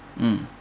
mm